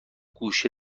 گوشه